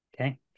Okay